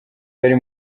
yari